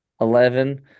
Eleven